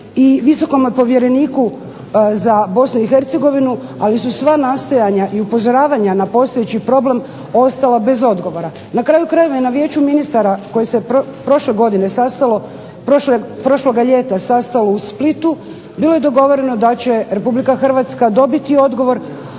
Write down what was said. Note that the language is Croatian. i visokome povjereniku za Bosnu i Hercegovinu, ali su sva nastojanja i upozoravanja na postojeći problem ostala bez odgovora. Na kraju krajeva i na Vijeću ministara koje se prošle godine sastalo, prošloga ljeta sastalo u Splitu, bilo je dogovoreno da će Republika Hrvatska dobiti odgovor